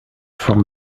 from